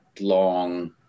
long